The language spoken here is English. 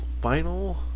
final